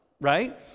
right